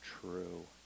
true